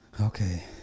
Okay